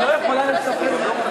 היא לא יכולה לספר מה היה.